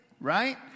right